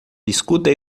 discuta